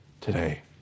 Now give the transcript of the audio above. today